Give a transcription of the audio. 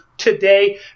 today